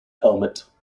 helmet